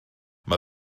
mae